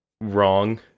wrong